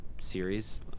series